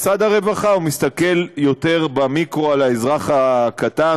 משרד הרווחה מסתכל יותר במיקרו על האזרח הקטן,